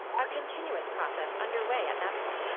a continuous process underway at that point.